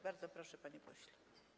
Bardzo proszę, panie pośle.